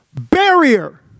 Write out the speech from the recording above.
barrier